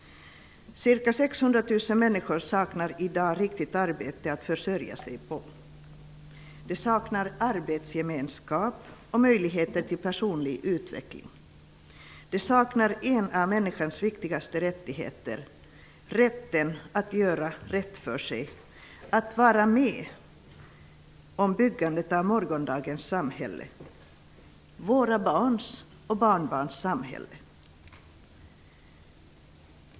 Ca 600 000 människor saknar i dag ett riktigt arbete att försörja sig på. De saknar arbetsgemenskap och möjligheter till personlig utveckling. De saknar en av människans viktigaste rättigheter, nämligen rätten att göra rätt för sig och att vara med om byggandet av morgondagens samhälle -- våra barns och barnbarns samhälle.